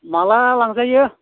माला लांजायो